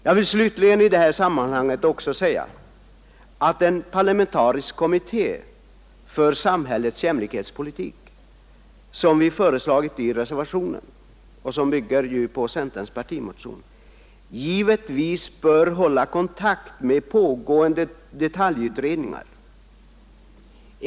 Jag vill i det här sammanhanget slutligen säga att en sådan parlamentarisk kommitté för samhällets jämlikhetspolitik som vi har föreslagit i reservationen, vilken bygger på centerns partimotion, givetvis bör hålla kontakt med pågående detaljutredningar.